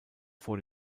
vor